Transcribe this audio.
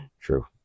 True